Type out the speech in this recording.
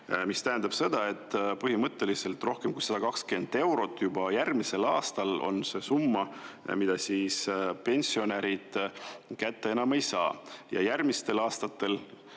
mis tähendab seda, et põhimõtteliselt rohkem kui 120 eurot on juba järgmisel aastal see summa, mida pensionärid kätte enam ei saa. Järgmistel aastatel